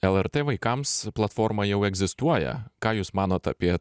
lrt vaikams platforma jau egzistuoja ką jūs manot apie